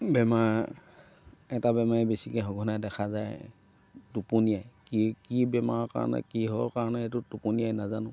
বেমাৰ এটা বেমাৰে বেছিকৈ সঘনাই দেখা যায় টোপনিয়াই কি কি বেমাৰৰ কাৰণে কিহৰ কাৰণে এইটো টোপনিয়াই নাজানো